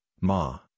ma